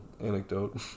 anecdote